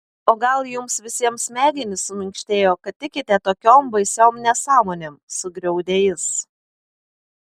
o gal jums visiems smegenys suminkštėjo kad tikite tokiom baisiom nesąmonėm sugriaudė jis